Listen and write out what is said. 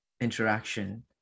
interaction